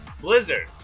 Blizzard